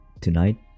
tonight